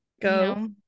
go